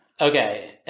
Okay